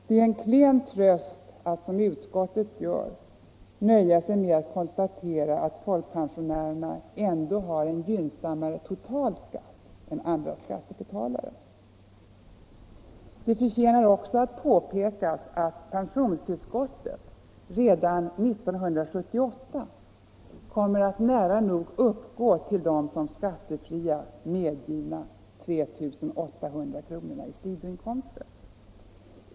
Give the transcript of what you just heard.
Det är en klen tröst att, som utskottet gör, konstatera att folkpensionärerna ändå har en gynnsammare total skatt än andra skattebetalare. Det förtjänar också att påpekas att pensionstillskottet redan 1978 nära nog kommer att uppgå till det som skattefritt medgivna beloppet 3 800 kr. i sidoinkomst.